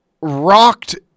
rocked